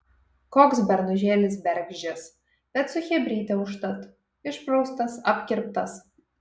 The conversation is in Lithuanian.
koks bernužėlis bergždžias bet su chebryte užtat išpraustas apkirptas